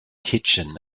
kitchen